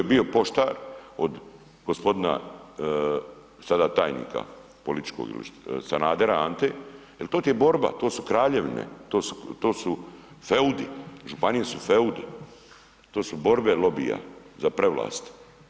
Tu je bio poštar od gospodina sada tajnika političko Sanadera Ante jel to ti je borba, to su kraljevine, to su feudi, županije su feudi, to su borbe lobija za prevlast.